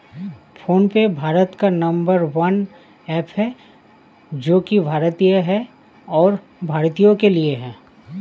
phone पे भारत का number one app है जो की भारतीय है और भारतीयों के लिए है